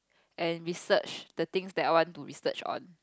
and research the things that I want to research on